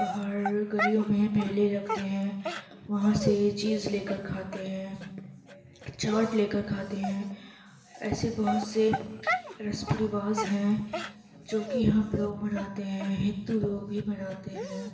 باہر گلیوں میں میلے لگتے ہیں وہاں سے چیز لے کر کھاتے ہیں چاٹ لے کر کھاتے ہیں ایسے بہت سے رسم و رواج ہیں جو کہ ہم لوگ مناتے ہیں ہندو لوگ بھی مناتے ہیں